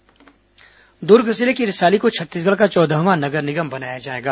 रिसाली नगर निगम दुर्ग जिले के रिसाली को छत्तीसगढ़ का चौदहवां नगर निगम बनाया जाएगा